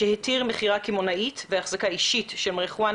שהתיר מכירה קמעונאית והחזקה אישית של מריחואנה